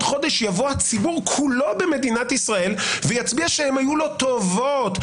חודש יבוא הציבור כולו במדינת ישראל ויצביע שהם היו לו טובות,